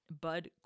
bud